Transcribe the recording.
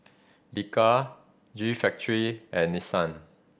Bika G Factory and Nissan